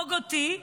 להרוג אותי,